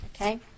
Okay